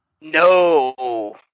No